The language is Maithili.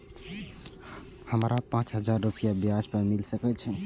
हमरा पाँच हजार रुपया ब्याज पर मिल सके छे?